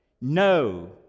no